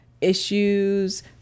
issues